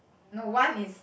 no one is